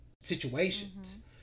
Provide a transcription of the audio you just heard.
situations